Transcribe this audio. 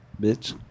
Bitch